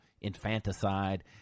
infanticide